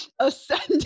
ascending